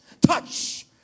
Touch